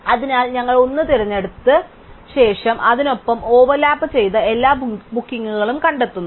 അതിനാൽ ഞങ്ങൾ 1 തിരഞ്ഞെടുത്ത് 1 തിരഞ്ഞെടുത്ത ശേഷം അതിനൊപ്പം ഓവർലാപ്പുചെയ്ത എല്ലാ ബുക്കിംഗുകളും ഞങ്ങൾ കണ്ടെത്തുന്നു